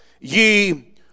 ye